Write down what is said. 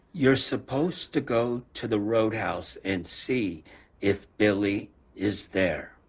you're supposed to go to the roadhouse and see if billy is there.